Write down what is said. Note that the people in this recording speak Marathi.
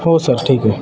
हो सर ठीक आहे